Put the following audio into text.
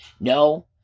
no